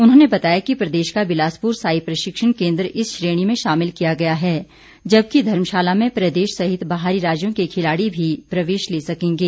उन्होंने बताया कि प्रदेश का बिलासपुर साई प्रशिक्षण केन्द्र इस श्रेणी में शामिल किया गया है जबकि धर्मशाला में प्रदेश सहित बाहरी राज्यों के खिलाड़ी भी प्रवेश ले सकेंगे